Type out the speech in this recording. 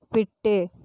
விட்டு